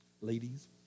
Ladies